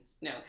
no